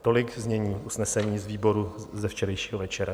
Tolik znění usnesení výboru ze včerejšího večera.